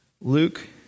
Luke